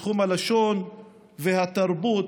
בתחום הלשון והתרבות,